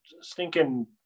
stinking